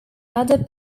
other